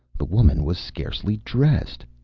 the woman was scarcely dressed!